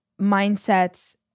mindsets